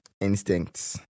instincts